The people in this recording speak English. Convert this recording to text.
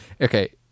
Okay